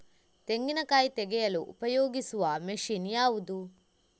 ತೆಂಗಿನಕಾಯಿ ತೆಗೆಯಲು ಉಪಯೋಗಿಸುವ ಮಷೀನ್ ಯಾವುದು?